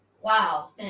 Wow